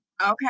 Okay